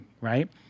right